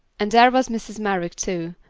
and there was mrs. merrick, too,